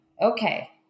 Okay